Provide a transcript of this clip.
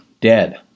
dead